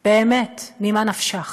באמת, ממה נפשך?